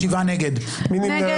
נפל.